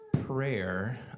prayer